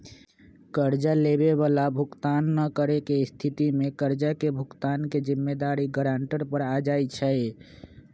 कर्जा लेबए बला भुगतान न करेके स्थिति में कर्जा के भुगतान के जिम्मेदारी गरांटर पर आ जाइ छइ